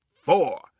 four